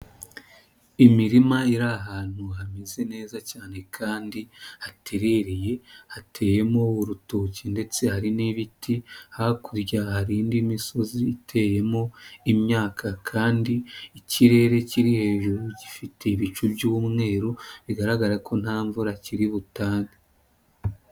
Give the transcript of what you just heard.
Imirima iri ahantu hameze neza cyane kandi haterereye, hateyemo urutoki ndetse hari n'ibiti, hakurya hari indi misozi iteyemo imyaka kandi ikirere kiri hejuru gifite ibicu by'umweru, bigaragara ko nta mvura kiri butange.